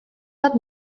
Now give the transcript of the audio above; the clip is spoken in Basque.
bat